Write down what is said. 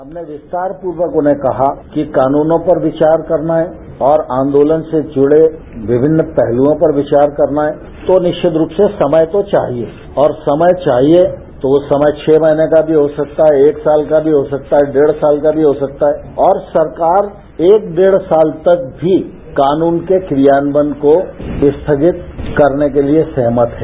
हमने विस्तारपूर्वक उन्हें कहा कि कानूनों पर विचार करना है और आंदोलन से जुडे विभिन्न पहलुओं पर विचार करना है तो निश्चित रूप से समय तो चाहिए और समय चाहिए तो वो समय छह महीने का भी हो सकता है एक साल का भी हो सकता है डेद साल का भी हो सकता है और सरकार एक डेढ़ साल तक भी कानून के क्रियान्वयन को स्थगित करने के लिए सहमत है